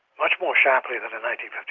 much more sharply than like